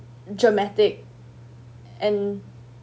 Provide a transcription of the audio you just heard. dramatic and